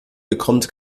bekommt